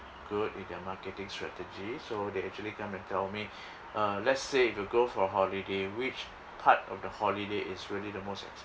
good with their marketing strategy so they actually come and tell me uh let's say if you go for holiday which part of the holiday is really the most